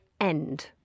end